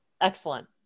Excellent